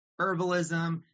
herbalism